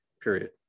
period